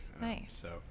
Nice